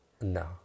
no